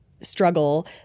struggle